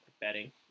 betting